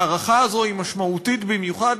ההערכה הזאת היא משמעותית במיוחד,